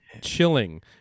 Chilling